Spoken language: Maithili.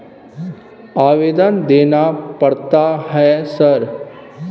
आवेदन देना पड़ता है सर?